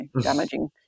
damaging